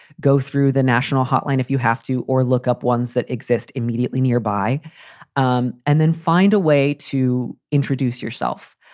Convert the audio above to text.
go through the national hotline if you have to, or look up ones that exist immediately nearby um and then find a way to introduce yourself.